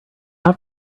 have